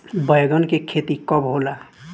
बैंगन के खेती कब होला?